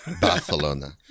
Barcelona